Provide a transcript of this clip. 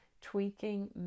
tweaking